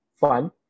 fun